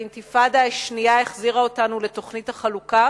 והאינתיפאדה השנייה החזירה אותנו לתוכנית החלוקה,